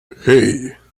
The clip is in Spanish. hey